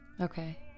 Okay